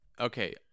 Okay